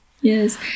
Yes